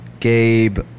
Gabe